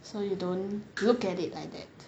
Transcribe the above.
so you don't look at it like that